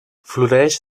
floreix